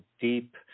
deep